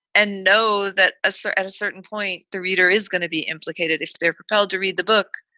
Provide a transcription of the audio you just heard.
and know that a story at a certain point the reader is going to be implicated. if they're compelled to read the book,